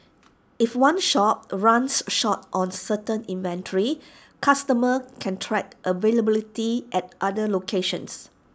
if one shop runs short on certain inventory customers can track availability at other locations